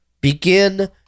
begin